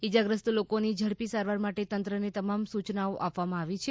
ઇજાગ્રસ્ત લોકોની ઝડપી સારવાર માટે તંત્રને તમામ સૂચનાઓ આપવામાં આવી છે